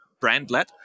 brand-led